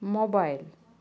mobile